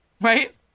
right